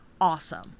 awesome